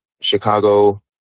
Chicago